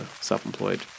self-employed